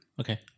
Okay